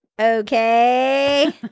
Okay